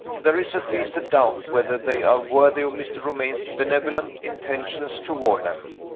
there is at least a doubt whether they are worthy of mr. romayne's benevolent intentions toward them.